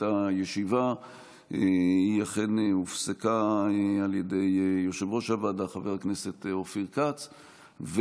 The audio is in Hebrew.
הישיבה היא אכן הופסקה על ידי יושב-ראש הוועדה חבר הכנסת אופיר כץ,